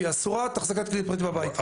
והיא אסורה אחזקת הכלי הפרטי בבית.